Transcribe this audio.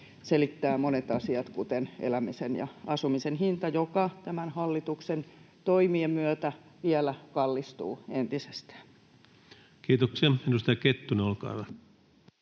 selittävät monet asiat, kuten elämisen ja asumisen hinta, joka tämän hallituksen toimien myötä vielä entisestään kallistuu. Kiitoksia. — Edustaja Kettunen, olkaa hyvä.